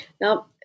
now